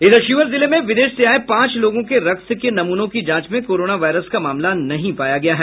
इधर शिवहर जिले में विदेश से आये पांच लोगों के रक्त के नमूनों की जांच में कोरोना वायरस का मामला नहीं पाया गया है